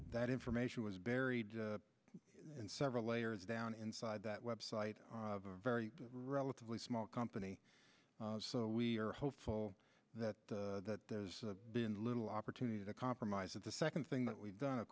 that information was buried and several layers down inside that web site very relatively small company so we are hopeful that that there's been little opportunity to compromise with the second thing that we've done of